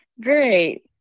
great